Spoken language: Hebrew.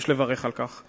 יש לברך על כך.